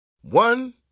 One